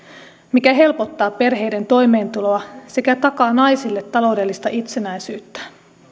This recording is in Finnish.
mikä helpottaa perheiden toimeentuloa sekä takaa naisille taloudellista itsenäisyyttä